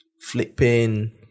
Flipping